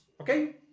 Okay